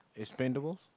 Expendables